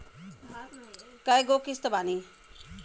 कय गो किस्त बानी?